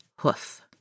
hoof